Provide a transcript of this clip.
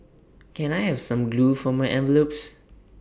can I have some glue for my envelopes